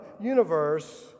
universe